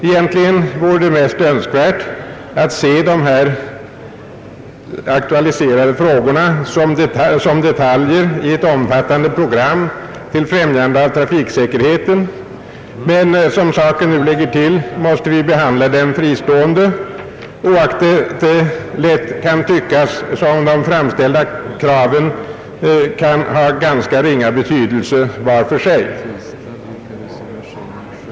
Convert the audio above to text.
Egentligen vore det mest önskvärt att se de här aktualiserade frågorna som detaljer i ett omfattande program till främjande av trafiksäkerheten, men som saken nu ligger till måste vi behandla dem fristående, oaktat det lätt kan tyckas som om de framställda kraven kan ha ganska ringa betydelse var för sig.